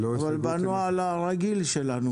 לא הסתייגויות עם --- אבל בנו על הרגיל שלנו,